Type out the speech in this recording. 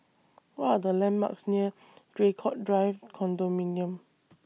What Are The landmarks near Draycott Drive Condominium